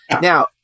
Now